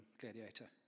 Gladiator